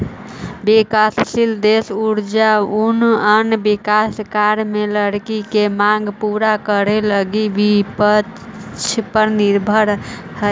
विकासशील देश ऊर्जा आउ अन्य विकास कार्य में लकड़ी के माँग पूरा करे लगी वृक्षपर निर्भर हइ